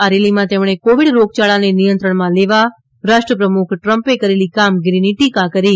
આ રેલીમાં તેમણે કોવિડ રોગયાળાને નિયંત્રણમાં લેવા રાષ્ટ્રપ્રમુખ ટ્રમ્પે કરેલી કામગીરીની ટીકા કરી હતી